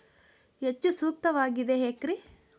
ಹೆಚ್ಚು ಸೂಕ್ತವಾಗಿದೆ ಯಾಕ್ರಿ?